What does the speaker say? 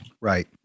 Right